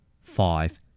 Five